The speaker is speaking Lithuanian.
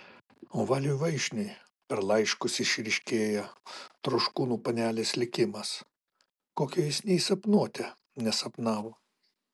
o valiui vaišniui per laiškus išryškėja troškūnų panelės likimas kokio jis nė sapnuote nesapnavo